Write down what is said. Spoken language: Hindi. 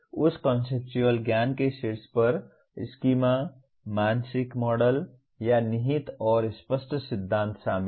उस कॉन्सेप्चुअल ज्ञान के शीर्ष पर स्कीमा मानसिक मॉडल या निहित और स्पष्ट सिद्धांत शामिल हैं